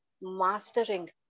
mastering